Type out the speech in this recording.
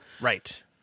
Right